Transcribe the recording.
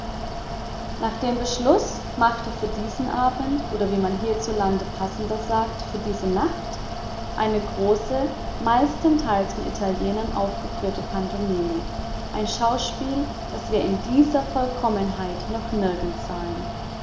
reizen den beschluß machte für diesen abend oder wie man hierzulande passender sagt für diese nacht eine große meistenteils von italienern aufgeführte pantomime ein schauspiel das wir in dieser vollkommenheit noch nirgends sahen